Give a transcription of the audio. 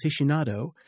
aficionado